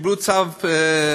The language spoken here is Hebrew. קיבלו את צו ההריסה,